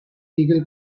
eagle